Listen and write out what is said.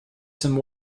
some